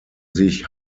sich